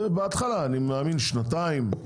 זה בהתחלה, אני מאמין שנתיים.